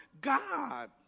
God